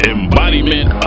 Embodiment